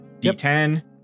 d10